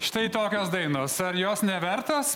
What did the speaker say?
štai tokios dainos ar jos nevertos